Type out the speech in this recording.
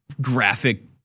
graphic